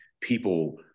people